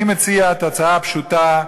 אני מציע את ההצעה הפשוטה,